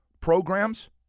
programs